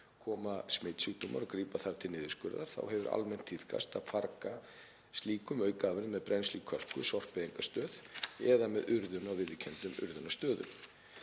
koma smitsjúkdómar og grípa þarf til niðurskurðar, þá hefur almennt tíðkast að farga slíkum aukaafurðum með brennslu í Kölku sorpeyðingarstöð eða með urðun á viðurkenndum urðunarstöðum.